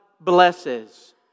Blesses